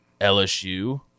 LSU